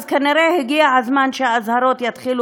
אז כנראה הגיע הזמן שהאזהרות יתחילו